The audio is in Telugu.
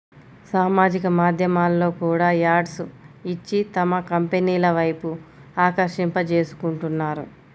సామాజిక మాధ్యమాల్లో కూడా యాడ్స్ ఇచ్చి తమ కంపెనీల వైపు ఆకర్షింపజేసుకుంటున్నారు